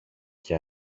και